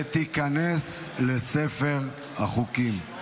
ותיכנס לספר החוקים.